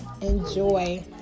enjoy